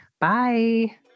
Bye